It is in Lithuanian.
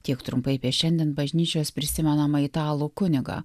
tiek trumpai apie šiandien bažnyčios prisimenamą italų kunigą